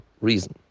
reason